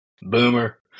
Boomer